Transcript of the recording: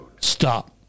Stop